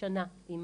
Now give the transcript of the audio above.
שנה עם